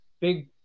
big